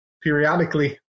periodically